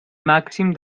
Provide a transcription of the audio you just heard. màxim